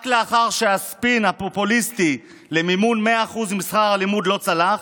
רק לאחר שהספין הפופוליסטי למימון 100% משכר הלימוד לא צלח,